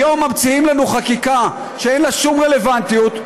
היום ממציאים לנו חקיקה שאין לה שום רלוונטיות.